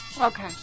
Okay